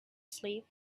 sleep